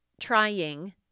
trying